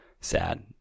sad